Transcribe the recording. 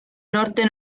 norte